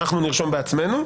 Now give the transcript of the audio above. אנחנו נכתוב בעצמנו,